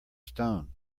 stone